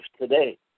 today